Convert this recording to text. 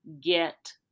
get